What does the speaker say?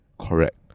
Correct